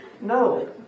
No